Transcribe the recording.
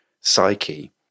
psyche